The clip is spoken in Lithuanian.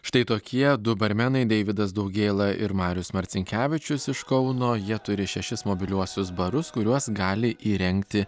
štai tokie du barmenai deividas daugėla ir marius marcinkevičius iš kauno jie turi šešis mobiliuosius barus kuriuos gali įrengti